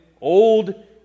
Old